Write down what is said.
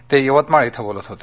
ते यवतमाळ इथं बोलत होते